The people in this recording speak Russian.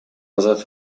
назад